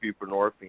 buprenorphine